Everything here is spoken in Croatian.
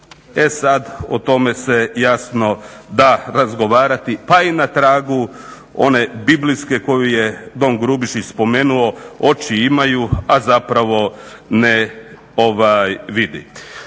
e sad o tome se jasno da razgovarati pa i na tragu one biblijske koju je Don Grubišić spomenuo, oči imaju, a zapravo ne vide.